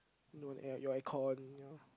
no air your air con no